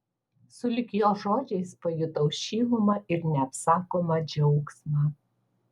sulig jo žodžiais pajutau šilumą ir neapsakomą džiaugsmą